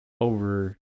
over